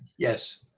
yes.